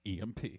EMP